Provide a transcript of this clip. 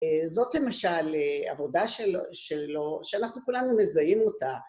זאת למשל עבודה שלו' שאנחנו כולנו מזהים אותה.